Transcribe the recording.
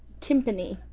tympani.